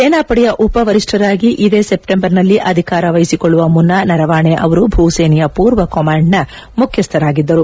ಸೇನಾಪಡೆಯ ಉಪವರಿಷ್ತರಾಗಿ ಇದೇ ಸೆಪ್ಲೆಂಬರ್ನಲ್ಲಿ ಅಧಿಕಾರ ವಹಿಸಿಕೊಳ್ಳುವ ಮುನ್ನ ನರವಾಣೆ ಅವರು ಭೂಸೇನೆಯ ಪೂರ್ವ ಕಮಾಂಡ್ನ ಮುಖ್ಯಸ್ಥರಾಗಿದ್ದರು